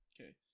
okay